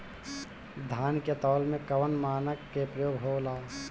धान के तौल में कवन मानक के प्रयोग हो ला?